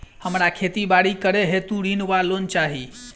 हमरा खेती बाड़ी करै हेतु ऋण वा लोन चाहि?